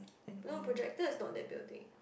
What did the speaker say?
no projector is not that building